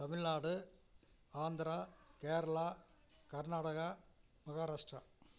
Tamil Nadu Andhra Kerala Karnataka Maharashtra